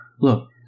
look